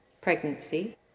pregnancy